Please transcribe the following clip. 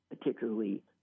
particularly